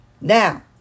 Now